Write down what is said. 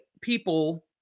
people